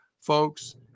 folks